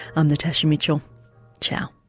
i'm natasha mitchell ciao